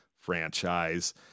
franchise